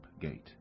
gate